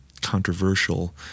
controversial